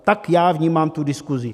Tak já vnímám tu diskusi.